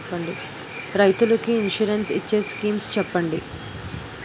రైతులు కి ఇన్సురెన్స్ ఇచ్చే స్కీమ్స్ చెప్పండి?